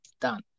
done